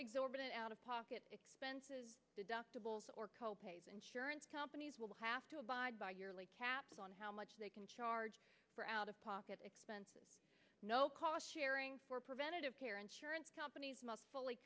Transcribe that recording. exorbitant out of pocket expenses deductibles or co pays insurance companies will have to abide by your early caps on how much they can charge for out of pocket expenses no cost sharing for preventive care insurance companies must fully